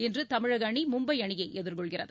இன்று தமிழக அணி மும்பை அணியை எதிர்கொள்கிறது